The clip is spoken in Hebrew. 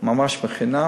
ממש חינם.